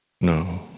no